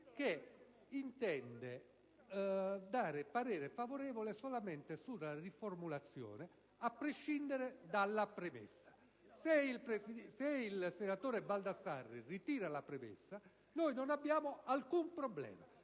che intende dare parere favorevole solamente sulla riformulazione del dispositivo, a prescindere dalla premessa. Se il senatore Baldassarri ritira la premessa, noi non abbiamo alcun problema;